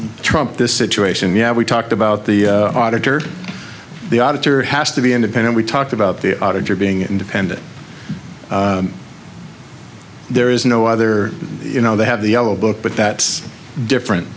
or trump this situation yeah we talked about the auditor the auditor has to be independent we talked about the auditor being independent there is no other you know they have the yellow book but that is different